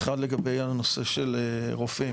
אחד, לגבי הנושא של רופאים.